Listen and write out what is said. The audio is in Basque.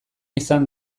izan